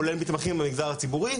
כולל מתמחים במגזר הציבורי,